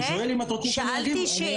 אני שואל אם את רוצה תשובה --- שאלתי שאלה,